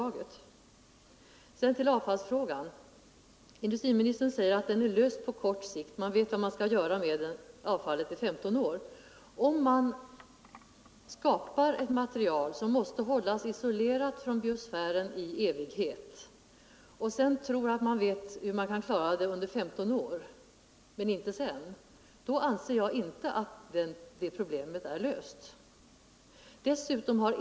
Beträffande avfallsfrågan säger industriministern att denna är löst på kort sikt så till vida att man vet vad man skall göra med avfallet i 15 år. Om man skapar ett material som måste hållas isolerat i biosfären i evighet och tror att man på det sättet kan klara avfallsproblemet i 15 år men inte längre, så kan jag inte tycka att problemet är löst.